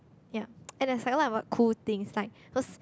ya as I like about cool things like those